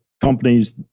companies